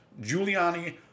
Giuliani